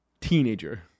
Teenager